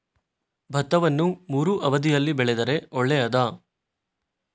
ಭತ್ತವನ್ನು ಮೂರೂ ಅವಧಿಯಲ್ಲಿ ಬೆಳೆದರೆ ಒಳ್ಳೆಯದಾ?